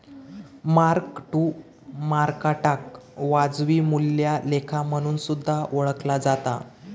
mark to मार्केटाक वाजवी मूल्या लेखा म्हणून सुद्धा ओळखला जाता